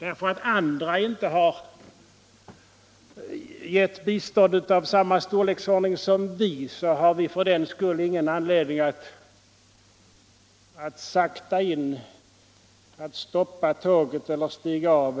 Även om inte alla har givit bistånd av samma storlek som vi, har vi för den skull inte anledning att bromsa tåget och stiga av.